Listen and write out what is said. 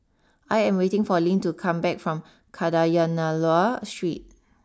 I am waiting for Lynn to come back from Kadayanallur Street